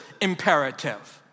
imperative